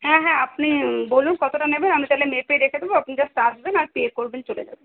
হ্যাঁ হ্যাঁ আপনি বলুন কতটা নেবেন আমি তাহলে মেপে রেখে দোবো আপনি জাস্ট আসবেন আর পে করবেন চলে যাবেন